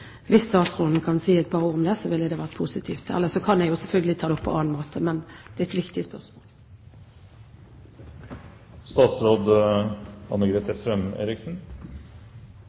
Hvis statsråden kunne si et par ord om det, hadde det vært positivt. Ellers kan jeg jo selvfølgelig ta det opp på annen måte, for det er et viktig